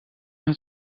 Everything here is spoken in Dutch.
het